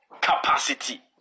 Capacity